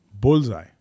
bullseye